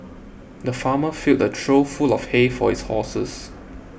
the farmer filled a trough full of hay for his horses